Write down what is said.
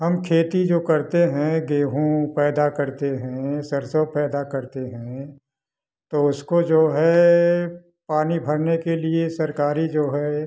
हम खेती जो करते हैं गेहूँ पैदा करते हैं सरसों पैदा करते हैं तो उसको जो है पानी भरने के लिए सरकारी जो है